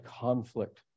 conflict